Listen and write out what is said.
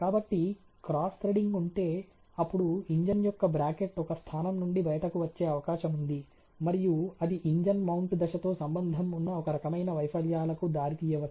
కాబట్టి cross threading ఉంటే అప్పుడు ఇంజిన్ యొక్క బ్రాకెట్ ఒక స్థానం నుండి బయటకు వచ్చే అవకాశం ఉంది మరియు అది ఇంజిన్ మౌంటు దశతో సంబంధం ఉన్న ఒక రకమైన వైఫల్యాలకు దారితీయవచ్చు